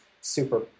super